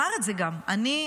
גם אמר את זה: אני,